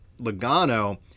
Logano